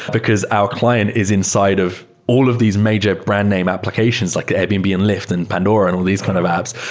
because our client is inside of all of these major brand name applications like airbnb, and lyft, and pandora and all these kind of apps.